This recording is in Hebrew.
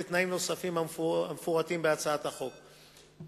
ותנאים נוספים המפורטים בהצעת החוק.